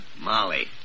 Molly